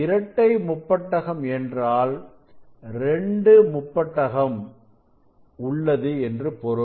இரட்டை முப்பட்டகம் என்றால் 2 முப்பட்டகம் உள்ளது என்று பொருள்